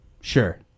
Sure